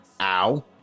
Ow